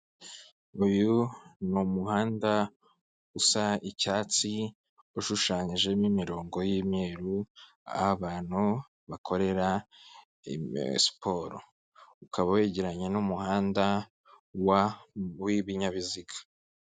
Uyu ni umuhanda usa icyatsi, ushushanyijemo imirongo y'imyeru, aho abantu bakorera siporo, ukaba wegeranya n'umuhanda wa w'ibinyabiziga.